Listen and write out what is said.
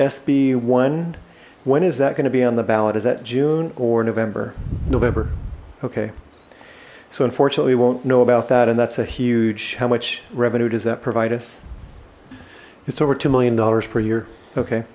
sb one when is that going to be on the ballot is that june or november november okay so unfortunately we won't know about that and that's a huge how much revenue does that provide us it's over two million dollars per year okay